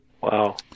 Wow